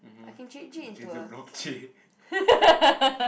mhm change a block